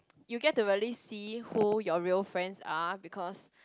you get to really see who your real friends are because